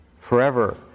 forever